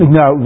no